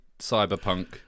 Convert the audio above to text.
cyberpunk